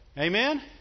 Amen